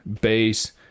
bass